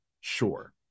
Sure